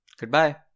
goodbye